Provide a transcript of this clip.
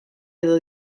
edo